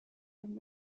young